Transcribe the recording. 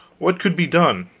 what could be done?